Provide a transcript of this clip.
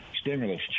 stimulus